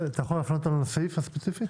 תוכל להפנות אותנו לסעיף הספציפי?